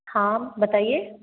हाँ बताइए